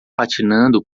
patinando